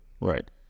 Right